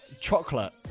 chocolate